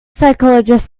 psychologist